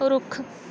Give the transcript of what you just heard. ਰੁੱਖ